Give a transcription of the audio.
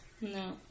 No